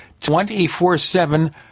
24-7